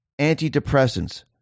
antidepressants